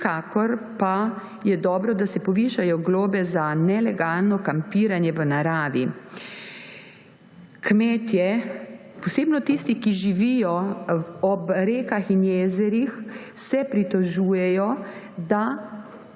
Vsekakor pa je dobro, da se povišajo globe za nelegalno kampiranje v naravi. Kmetje, posebno tisti, ki živijo ob rekah in jezerih, se pritožujejo, da